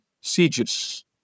sieges